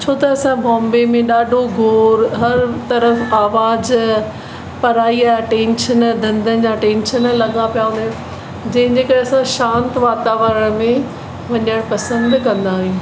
छो त असां बॉम्बे में ॾाढो घोरु हर तर्फ़ु आवाज़ु पढ़ाईअ या टेंशन धंधनि जा टेंशन लॻा पिया हूंदा आहिनि जंहिंजे करे असां शांति वातावरण में वञणु पसंदि कंदा आहियूं